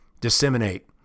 disseminate